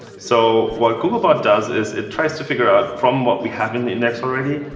so what googlebot does is it tries to figure out, from what we have in the index already,